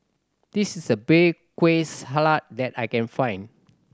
this is the bay kueh that I can find